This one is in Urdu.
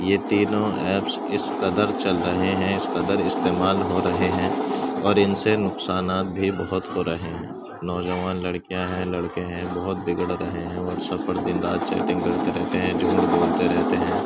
یہ تینوں ایپس اِس قدر چل رہے ہیں اِس قدر استعمال ہو رہے ہیں اور اِن سے نقصانات بھی بہت ہو رہے ہیں نوجوان لڑکیاں ہیں لڑکے ہیں بہت بگڑ رہے ہیں واٹساپ پر دِن رات چیٹنگ کرتے رہتے ہیں جھوٹ بولتے رہتے ہیں